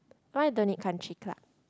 why you donate country club